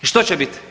I što će biti?